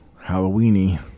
halloweeny